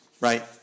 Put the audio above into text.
right